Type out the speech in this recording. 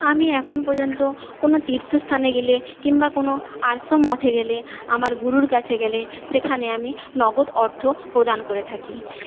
আমি এখন পর্যন্ত কোনও তীর্থস্থানে গেলে কিংবা কোনও আশ্রম মঠে গেলে আমার গুরুর কাছে গেলে সেখানে আমি নগদ অর্থ প্রদান করে থাকি